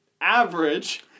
average